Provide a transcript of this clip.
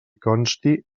consti